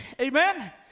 Amen